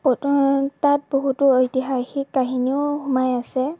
তাত বহুতো ঐতিহাসিক কাহিনীও সোমাই আছে